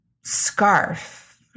scarf